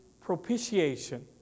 propitiation